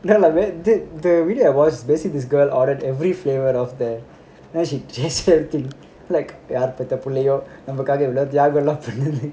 இல்ல இல்ல இது:illa illa idhu the the video I watch is basically this girl ordered every flavour off there then she just யார் பெத்த புள்ளையோ நமக்காக இவ்ளோ தியாகம் லாம் பண்ணுது:yaar petha pullaiyo namakaga ivlo thiyagam lam pannuthu